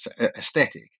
aesthetic